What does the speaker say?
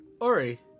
Ori